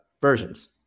versions